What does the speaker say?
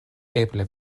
eble